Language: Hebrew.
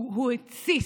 הוא התסיס,